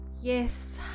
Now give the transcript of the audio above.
yes